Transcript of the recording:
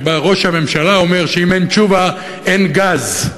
שבה ראש הממשלה אומר שאם אין תשובה אין גז.